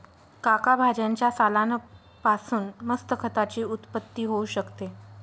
काका भाज्यांच्या सालान पासून मस्त खताची उत्पत्ती होऊ शकते